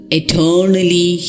eternally